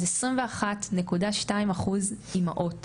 אז 21.2 אחוז אימהות